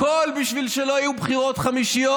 הכול בשביל שלא יהיו בחירות חמישיות.